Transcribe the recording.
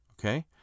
okay